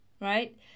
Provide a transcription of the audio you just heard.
right